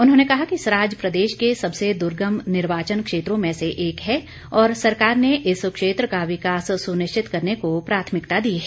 उन्होंने कहा कि सराज प्रदेश के सबसे दुर्गम निर्वाचन क्षेत्रों में से एक है और सरकार ने इस क्षेत्र का विकास सुनिश्चित करने को प्राथमिकता दी है